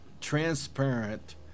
transparent